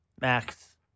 Max